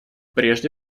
прежде